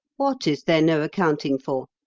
what is there no accounting for?